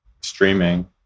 streaming